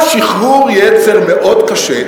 על שחרור יצר מאוד קשה,